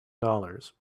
dollars